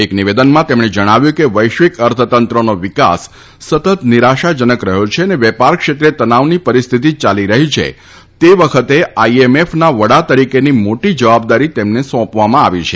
એક નિવેદનમાં તેમણે જણાવ્યું છે કે વૈશ્વિક અર્થતંત્રનો વિકાસ સતત નિરાશાજનક રહયો છે અને વેપાર ક્ષેત્રે તનાવની પરિસ્થિતિ યાલી રહી છે તે વખતે આઈએમએફના વડા તરીકેની મોટી જવાબદારી તેમને સોંપવામાં આવી છે